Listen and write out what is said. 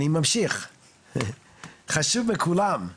חשוב לכולם.